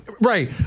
Right